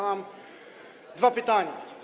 Mam dwa pytania.